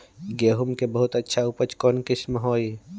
गेंहू के बहुत अच्छा उपज कौन किस्म होई?